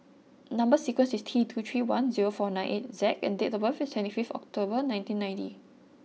number sequence is T two three one zero four nine eight Z and date of birth is twenty fifth October nineteen ninety